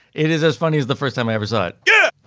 it is as funny as the first time i ever saw it. yeah.